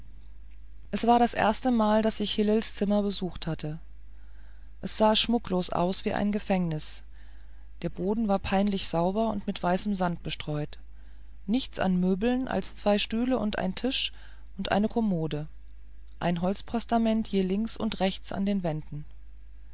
es war das erstemal daß ich hillels zimmer besuchte hatte es sah schmucklos aus wie ein gefängnis der boden peinlich sauber und mit weißem sand bestreut nichts an möbeln als zwei stühle und ein tisch und eine kommode ein holzpostament je links und rechts an den wänden